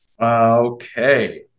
Okay